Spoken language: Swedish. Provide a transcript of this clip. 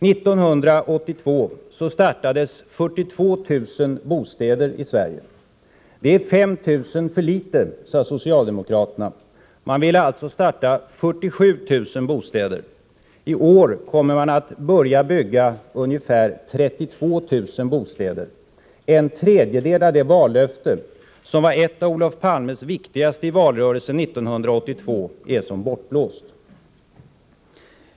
1982 påbörjades byggandet av 42 000 bostäder i Sverige. Det är 5 000 för litet, sade socialdemokraterna. De ville alltså starta 47 000 bostäder. I år kommer man att börja bygga ungefär 32 000 bostäder. En tredjedel av det vallöfte som var ett av Olof Palmes viktigaste i valrörelsen 1982 är som bortblåst.